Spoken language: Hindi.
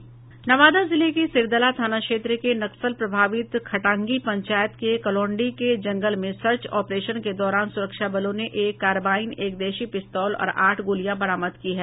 नवादा जिले के सिरदला थाना क्षेत्र के नक्सल प्रभावित खटांगी पंचायत के क्लोंडी के जंगल में सर्च ऑपरेशन के दौरान सुरक्षा बलों ने एक कारबाईन एक देशी पिस्तौल और आठ गोलियां बरामद की हैं